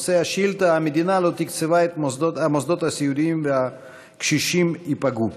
נושא השאילתה: המדינה לא תקצבה את המוסדות הסיעודיים והקשישים ייפגעו.